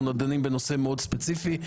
אנחנו דנים בנושא מאוד ספציפי.